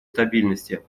стабильности